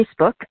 Facebook